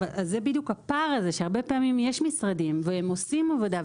זה בדיוק הפער הזה שהרבה פעמים יש משרדים והם עושים עבודה.